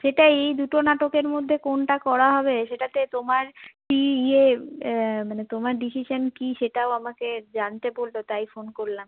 সেটাই এই দুটো নাটকের মধ্যে কোনটা করা হবে সেটাতে তোমার কী ইয়ে মানে তোমার ডিসিশান কী সেটাও আমাকে জানতে বললো তাই ফোন করলাম